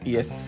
Yes